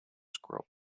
squirrel